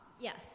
Yes